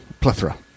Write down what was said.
Plethora